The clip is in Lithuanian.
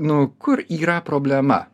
nu kur yra problema